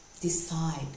Decide